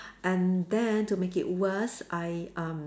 and then to make it worse I um